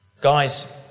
Guys